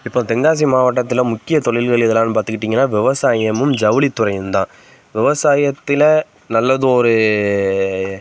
இப்போ தென்காசி மாவட்டத்தில் முக்கியத் தொழில்கள் எதெல்லாம் பார்த்துக்கிட்டீங்கனா விவசாயம்மும் ஜவுளித்துறையிம்தான் விவசாயத்தில் நல்லதொரு